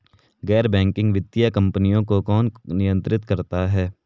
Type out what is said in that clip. गैर बैंकिंग वित्तीय कंपनियों को कौन नियंत्रित करता है?